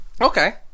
Okay